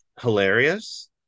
hilarious